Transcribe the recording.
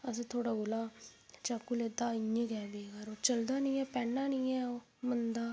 असें थुआढ़े कोला चाकू लेता इ''यां गे ऐ बेकार चलदा नीं ऐ पैना नीं ऐ इ'या गे ऐ मंदा जेहा